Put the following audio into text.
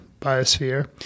Biosphere